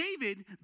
David